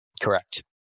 Correct